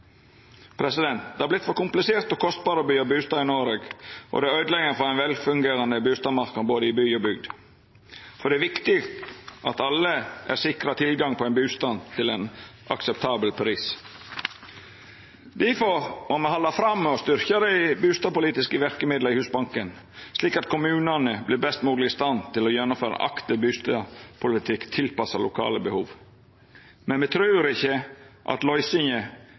Det har vorte for komplisert og kostbart å byggja bustader i Noreg, og det øydelegg for ein velfungerande bustadmarknad i både by og bygd. Det er viktig at alle er sikra tilgang på ein bustad til ein akseptabel pris. Difor må me halda fram med å styrkja dei bustadpolitiske verkemidla i Husbanken, slik at kommunane vert best mogleg i stand til å gjennomføra ein aktiv bustadpolitikk tilpassa lokale behov. Men me trur ikkje at løysinga